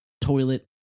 Toilet